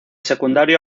secundario